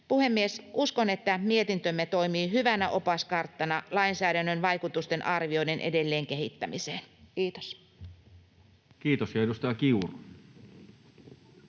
Puhemies! Uskon, että mietintömme toimii hyvänä opaskarttana lainsäädännön vaikutusten arvioinnin edelleen kehittämiseen. — Kiitos.